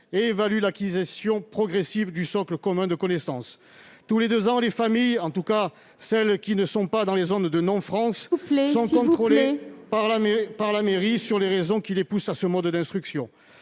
et évalue l'acquisition progressive du socle commun de connaissances. Tous les deux ans, les familles- en tout cas celles qui ne sont pas dans les zones de non-France -sont contrôlées par la mairie, qui se penche sur les raisons les poussant à choisir ce mode d'instruction.